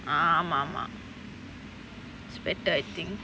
ஆமா ஆமா:aamaa aamaa later I think